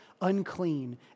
unclean